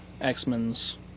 X-Men's